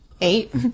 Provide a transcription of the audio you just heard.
eight